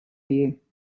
you